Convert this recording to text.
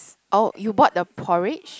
oh you bought the porridge